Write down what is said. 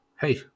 hey